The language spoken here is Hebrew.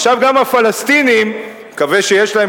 עכשיו גם הפלסטינים אני מקווה שיש להם